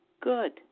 good